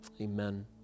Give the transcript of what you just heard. Amen